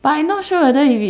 but I'm not sure whether if it's